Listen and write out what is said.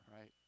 right